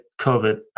COVID